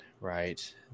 right